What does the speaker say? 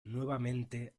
nuevamente